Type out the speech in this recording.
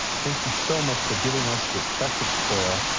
thank you so much for giving us your precious torah,